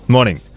Morning